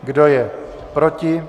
Kdo je proti?